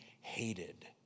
hated